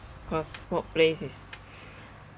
cause work place is